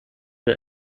der